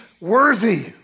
worthy